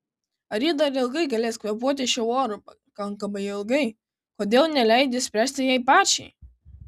ar ji dar ilgai galės kvėpuoti šiuo oru pakankamai ilgai kodėl neleidi spręsti jai pačiai